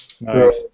nice